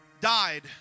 died